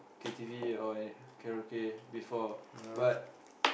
K_T_V or any karaoke before but